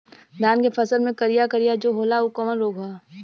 धान के फसल मे करिया करिया जो होला ऊ कवन रोग ह?